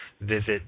visit